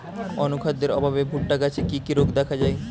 অনুখাদ্যের অভাবে ভুট্টা গাছে কি কি রোগ দেখা যায়?